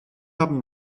haben